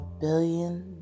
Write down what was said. billion